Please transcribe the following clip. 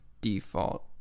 default